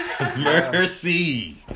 mercy